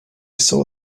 saw